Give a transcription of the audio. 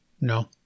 No